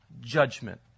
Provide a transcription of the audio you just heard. judgment